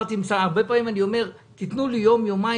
הרבה פעמים אני אומר: תנו לי יום-יומיים,